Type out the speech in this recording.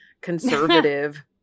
conservative